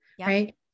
right